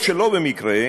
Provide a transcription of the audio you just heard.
או שלא במקרה,